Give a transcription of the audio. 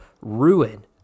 ruin